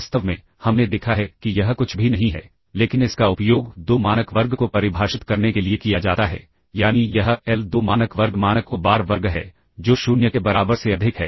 वास्तव में हमने देखा है कि यह कुछ भी नहीं है लेकिन इसका उपयोग 2 मानक वर्ग को परिभाषित करने के लिए किया जाता है यानी यह एल2 मानक वर्ग मानक u बार वर्ग है जो 0 के बराबर से अधिक है